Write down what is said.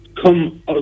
come